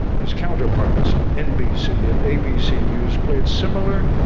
his counterparts on nbc and abc news played similar,